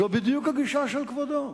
זו בדיוק הגישה של כבודו.